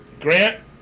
Grant